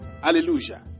hallelujah